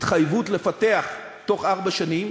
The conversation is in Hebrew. התחייבות לפתח בתוך ארבע שנים.